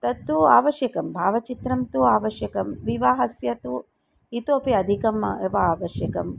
तत्तु आवश्यकं भावचित्रं तु आवश्यकं विवाहस्य तु इतोपि अधिकम् एव आवश्यकम्